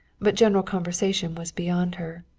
but general conversation was beyond her.